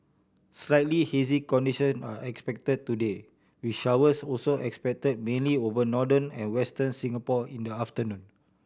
slightly hazy condition are expected today with showers also expected mainly over northern and Western Singapore in the afternoon